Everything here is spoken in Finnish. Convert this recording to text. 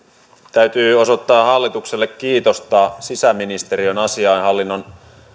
täytyy osoittaa hallitukselle kiitosta sisäministeriön